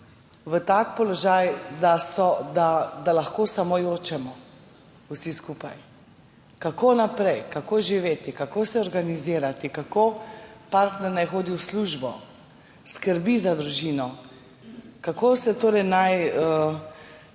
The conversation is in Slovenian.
v tak položaj, da lahko samo jočemo vsi skupaj – kako naprej, kako živeti, kako se organizirati, kako naj partner hodi v službo, skrbi za družino, kako se naj